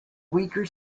weaker